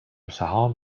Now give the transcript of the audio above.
سهام